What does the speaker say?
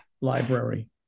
Library